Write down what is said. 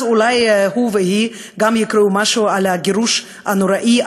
אז אולי הוא והיא גם יקראו משהו על הגירוש הנוראי,